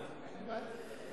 למה אתה מגיש את זה?